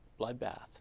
bloodbath